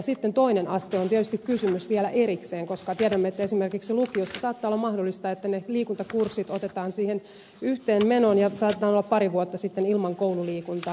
sitten toinen aste on tietysti kysymys vielä erikseen koska tiedämme että esimerkiksi lukiossa saattaa olla mahdollista että ne liikuntakurssit otetaan siihen yhteen menoon ja saatetaan olla pari vuotta sitten ilman koululiikuntaa